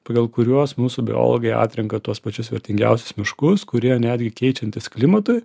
pagal kuriuos mūsų biologai atrenka tuos pačius vertingiausius miškus kurie netgi keičiantis klimatui